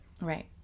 Right